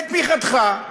בתמיכתך,